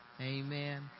Amen